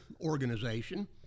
organization